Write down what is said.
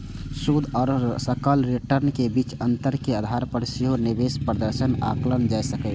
शुद्ध आ सकल रिटर्न के बीच अंतर के आधार पर सेहो निवेश प्रदर्शन आंकल जा सकैए